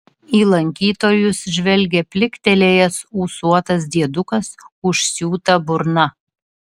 į lankytojus žvelgia pliktelėjęs ūsuotas diedukas užsiūta burna